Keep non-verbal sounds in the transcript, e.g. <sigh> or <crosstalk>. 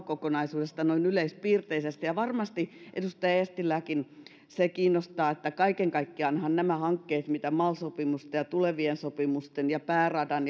<unintelligible> kokonaisuudesta noin yleispiirteisesti ja varmasti edustaja eestilääkin kiinnostaa se että kaiken kaikkiaanhan nämä hankkeet mitä mal sopimusten ja tulevien sopimusten ja pääradan <unintelligible>